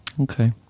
Okay